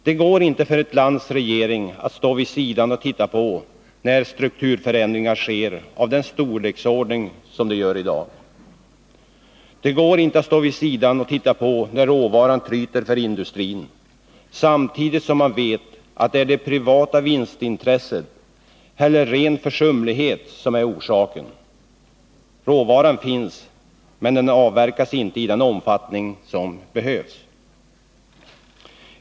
Det går inte för ett lands regering att stå vid sidan och titta på när strukturförändringar sker av den storleksordning som det är fråga om i dag. Det går inte att stå vid sidan och titta på när råvaran tryter för industrin, samtidigt som man vet att det är det privata vinstintresset eller ren försumlighet som är orsaken. Råvaran finns, men den avverkas inte i den omfattning som behövs.